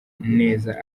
neza